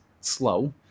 slow